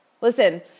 Listen